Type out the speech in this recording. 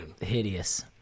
hideous